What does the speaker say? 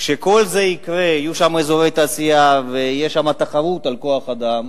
כשכל זה יקרה ויהיו שם אזורי תעשייה ותחרות על כוח-אדם,